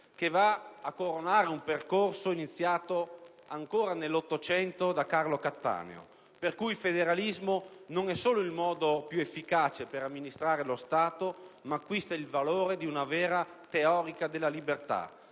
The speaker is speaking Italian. che va a coronare un percorso iniziato ancora nell'Ottocento da Carlo Cattaneo, per cui il federalismo non è solo il modo più efficace per amministrare lo Stato ma acquista il valore di una vera teorica della libertà,